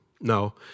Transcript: No